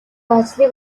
ажлыг